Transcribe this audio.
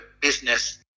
business